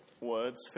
words